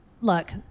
look